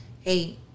hey